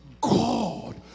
God